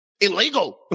illegal